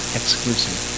exclusive